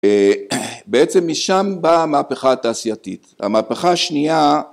בעצם משם באה המהפכה התעשייתית, המהפכה השנייה